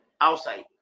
outside